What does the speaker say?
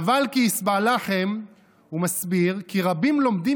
"נבל כי ישבע לחם" הוא מסביר: "כי רבים לומדים